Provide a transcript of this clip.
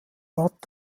watt